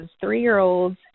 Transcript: three-year-olds